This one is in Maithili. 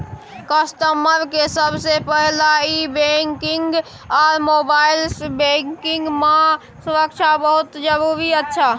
कस्टमर के सबसे पहला ई बैंकिंग आर मोबाइल बैंकिंग मां सुरक्षा बहुत जरूरी अच्छा